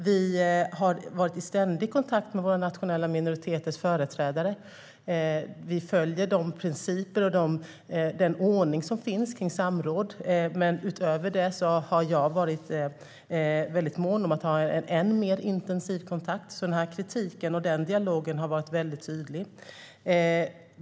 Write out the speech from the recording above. Vi står i ständig kontakt med företrädarna för de nationella minoriteterna, och vi följer de principer och den ordning som finns vad gäller samråd. Utöver det har jag varit mån om att ha en ännu mer intensiv kontakt, så kritiken och dialogen har varit tydlig.